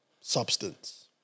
substance